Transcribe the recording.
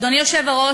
אדוני היושב-ראש,